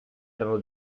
erano